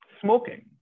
smoking